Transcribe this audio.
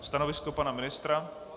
Stanovisko pana ministra?